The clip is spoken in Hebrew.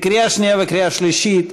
לקריאה שנייה ולקריאה שלישית.